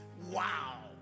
wow